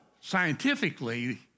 scientifically